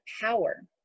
power